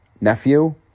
nephew